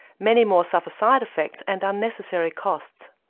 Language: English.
many more suffer side effects and unnecessary costs.